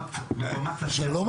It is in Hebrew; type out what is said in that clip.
נוכל ללכת להסכמה גם בכיוון